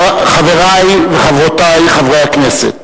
חברי וחברותי חברי הכנסת,